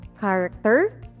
character